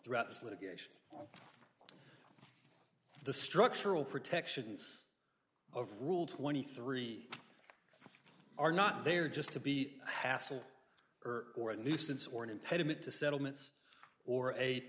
throughout this litigation the structural protections of rule twenty three are not there just to be a hassle or or a nuisance or an impediment to settlements or